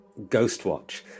Ghostwatch